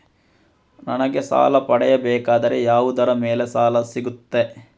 ನನಗೆ ಸಾಲ ಪಡೆಯಬೇಕಾದರೆ ಯಾವುದರ ಮೇಲೆ ಸಾಲ ಸಿಗುತ್ತೆ?